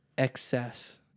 Excess